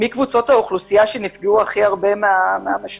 מי קבוצות האוכלוסייה שנפגעו הכי הרבה מהמשבר.